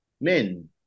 men